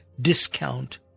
discount